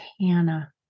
Hannah